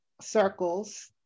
circles